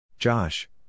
Josh